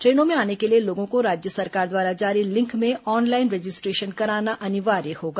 ट्रेनों में आने के लिए लोगों को राज्य सरकार द्वारा जारी लिंक में ऑनलाइन रजिस्ट्रेशन कराना अनिवार्य होगा